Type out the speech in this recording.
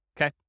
okay